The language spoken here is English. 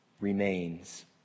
remains